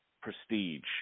prestige